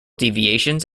deviations